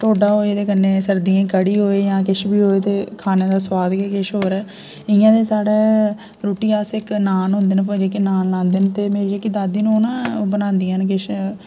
टोडा होए ओह्दे कन्नै सर्दियें च कड़ी होए जां किश बी होए खाने दा स्वाद गै किश होर ऐ इंया ते साढ़ै रुट्टी अस इक नान होंदा जेह्के नान लांदे न ते मेरी जेह्की दादी न ओह् ना ओह् बनांदिया केश